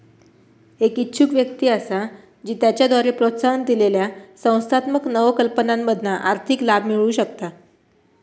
एक इच्छुक व्यक्ती असा जी त्याच्याद्वारे प्रोत्साहन दिलेल्या संस्थात्मक नवकल्पनांमधना आर्थिक लाभ मिळवु शकता